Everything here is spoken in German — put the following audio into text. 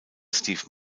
steve